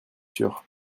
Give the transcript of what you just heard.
sure